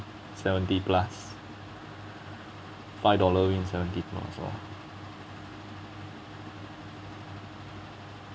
seventy plus five dollars win seventy plus lor